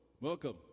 Welcome